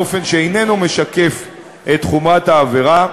באופן שאיננו משקף את חומרת העבירה.